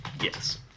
Yes